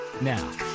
Now